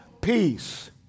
peace